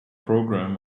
program